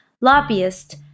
lobbyist